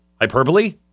Hyperbole